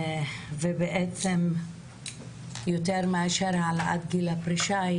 למעשה יותר מאשר העלאת גיל הפרישה,